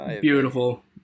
beautiful